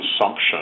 consumption